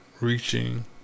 reaching